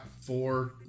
four